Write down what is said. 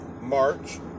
March